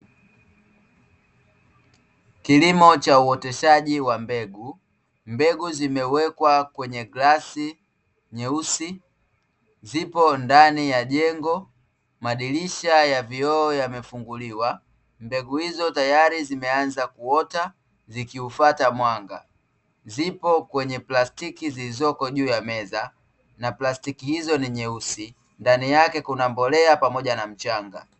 Kilimo cha uoteshaji wa mbegu, mbegu zimewekwa kwenye glasi nyeusi, zipo ndani ya jengo, madirisha ya vioo yamefunguliwa, mbegu hizo tayari zimeanza kuota zikiufata mwanga, zipo kwenye plastiki zilizoko juu ya meza, na plastiki hizo ni nyeusi, ndani yake kuna mbolea pamoja na mchanga.